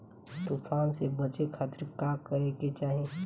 तूफान से बचे खातिर का करे के चाहीं?